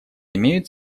имеют